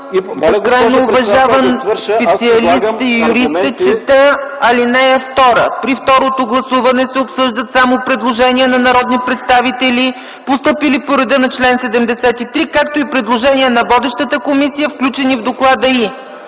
Ще Ви припомня – безкрайно уважаван специалист и юрист сте. Чета ал. 2: „При второто гласуване се обсъждат само предложения на народни представители, постъпили по реда на чл. 73, както и предложения на водещата комисия, включени в доклада